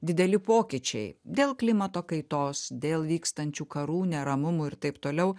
dideli pokyčiai dėl klimato kaitos dėl vykstančių karų neramumų ir taip toliau